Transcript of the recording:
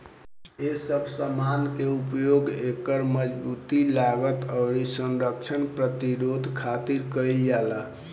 ए सब समान के इस्तमाल एकर मजबूती, लागत, आउर संरक्षण प्रतिरोध खातिर कईल जाला